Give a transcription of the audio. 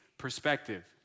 perspective